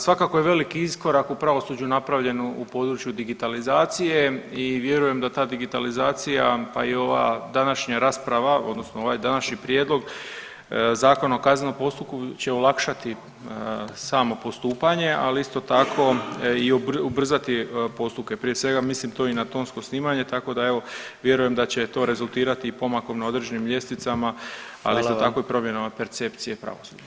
Svakako je veliki iskorak u pravosuđu napravljen u području digitalizacije i vjerujem da ta digitalizacija, pa i ova današnja rasprava odnosno ovaj današnji prijedlog ZKP-a će olakšati samo postupanje, ali isto tako i ubrzati postupke, prije svega mislim tu i na tonsko snimanje tako da evo vjerujem da će to rezultirati i pomakom na određenim ljestvicama, ali isto tako i promjenama percepcije pravosuđa.